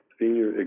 Senior